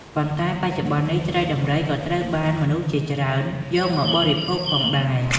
ប៉ុន្តែបច្ចុប្បន្ននេះ ត្រីដំរីក៏ត្រូវបានមនុស្សជាច្រើន យកមកបរិភោគផងដែរ។